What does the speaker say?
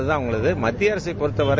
அதுதான் அவங்களது மத்திய அரசைப பொறுத்தவரை